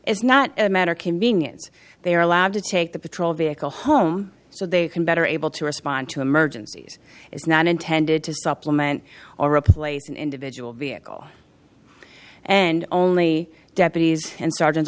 is not a matter of convenience they are allowed to take the patrol vehicle home so they can better able to respond to emergencies is not intended to supplement or replace an individual vehicle and only deputies and s